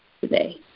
today